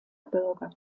bürger